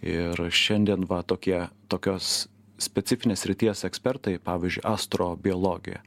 ir šiandien va tokie tokios specifinės srities ekspertai pavyzdžiui astrobiologija